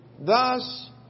Thus